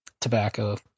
Tobacco